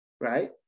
right